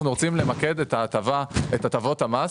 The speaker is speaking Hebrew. אנחנו רוצים למקד את הטבות המס,